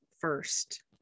First